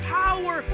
power